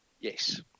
Yes